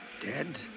dead